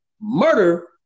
murder